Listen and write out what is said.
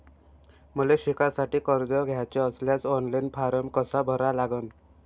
मले शिकासाठी कर्ज घ्याचे असल्यास ऑनलाईन फारम कसा भरा लागन?